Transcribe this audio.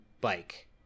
bike